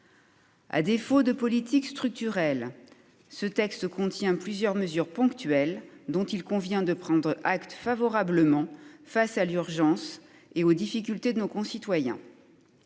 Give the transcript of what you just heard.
À défaut de politique structurelle, ce texte contient plusieurs mesures ponctuelles dont il convient de prendre acte favorablement face à l'urgence et aux difficultés de nos concitoyens.